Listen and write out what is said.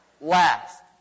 last